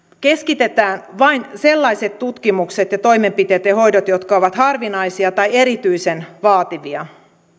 keskitetään vain sellaiset tutkimukset ja toimenpiteet ja ja hoidot jotka ovat harvinaisia tai erityisen vaativia